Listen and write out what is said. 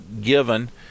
given